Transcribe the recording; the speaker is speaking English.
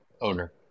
owner